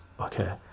okay